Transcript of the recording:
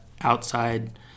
outside